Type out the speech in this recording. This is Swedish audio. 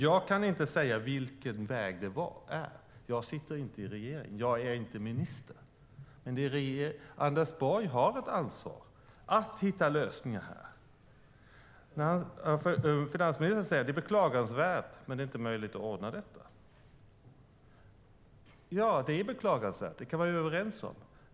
Jag kan inte säga vilken väg det är. Jag sitter inte i regeringen. Jag är inte minister. Men Anders Borg har ett ansvar för att hitta lösningar här. Finansministern säger att detta är beklagansvärt men inte möjligt att ordna. Vi kan vara överens om att det är beklagansvärt.